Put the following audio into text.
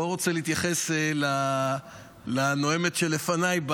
לא רוצה להתייחס לנואמת שלפניי,